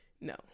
No